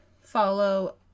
follow